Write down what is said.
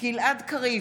גלעד קריב,